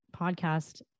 podcast